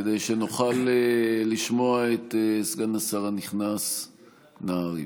כדי שנוכל לשמוע את סגן השר הנכנס נהרי.